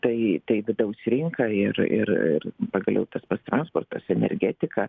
tai tai vidaus rinka ir ir ir pagaliau tas pats transportas energetika